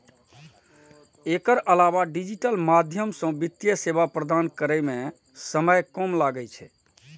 एकर अलावा डिजिटल माध्यम सं वित्तीय सेवा प्रदान करै मे समय कम लागै छै